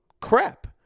crap